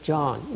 John